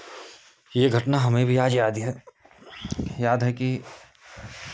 ये घटना हमें भी आज याद है याद है कि